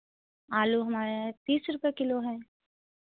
आलू हमारे यहाँ तीस रुपये किलो हैं